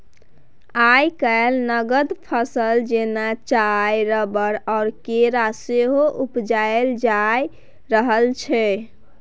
आइ काल्हि नगद फसल जेना चाय, रबर आ केरा सेहो उपजाएल जा रहल छै